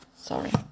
Sorry